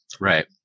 Right